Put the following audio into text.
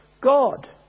God